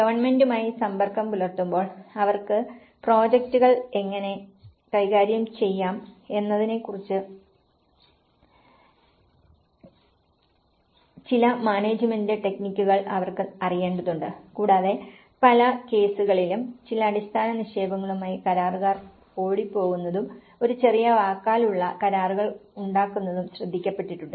ഗവൺമെന്റുമായി സമ്പർക്കം പുലർത്തുമ്പോൾ അവർക്ക് പ്രോജക്റ്റുകൾ എങ്ങനെ കൈകാര്യം ചെയ്യാം എന്നതിന്റെ ചില മാനേജ്മെന്റ് ടെക്നിക്കുകൾ അവർക്ക് അറിയേണ്ടതുണ്ട് കൂടാതെ പല കേസുകളിലും ചില അടിസ്ഥാന നിക്ഷേപങ്ങളുമായി കരാറുകാർ ഓടിപ്പോകുന്നതും ഒരു ചെറിയ വാക്കാലുള്ള കരാറുകൾ ഉണ്ടാക്കുന്നതും ശ്രദ്ധിക്കപ്പെട്ടിട്ടുണ്ട്